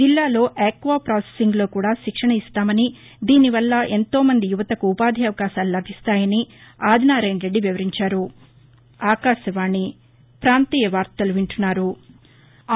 జిల్లాలో ఆక్వా ప్రాసెసింగ్లో కూడా శిక్షణ ఇస్తామని దీనివల్ల ఎంతోమంది యువతకు ఉపాధి అవకాశాలు లభిస్తాయని ఆదినారాయణరెడ్డి వివరించారు